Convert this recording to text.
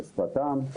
בשפתם.